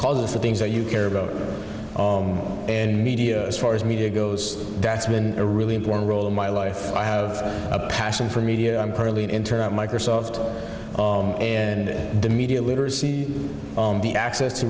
causes the things that you care about and media as far as media goes that's been a really important role in my life i have a passion for media i'm currently an intern at microsoft and the media literacy the access to